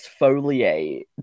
exfoliate